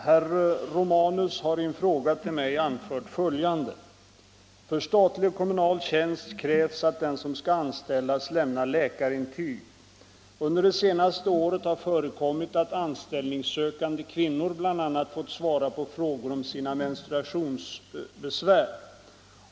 Herr talman! Herr Romanus har i en fråga till mig anfört följande. För statlig och kommunal tjänst krävs att den som skall anställas lämnar läkarintyg. Under det senaste året har förekommit att anställningssökande kvinnor bl.a. fått svara på frågor om sina menstruationsbesvär.